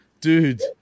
dude